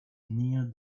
near